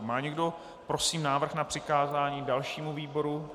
Má někdo, prosím, návrh na přikázání dalšímu výboru?